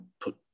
put